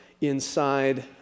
inside